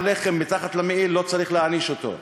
לחם מתחת למעיל לא צריך להעניש אותו.